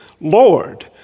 lord